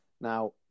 Now